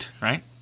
right